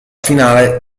finale